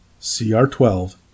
CR12